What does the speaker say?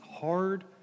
hard